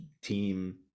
team